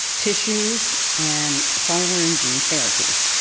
tissues, and solar and gene therapies.